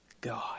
God